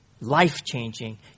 life-changing